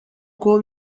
uko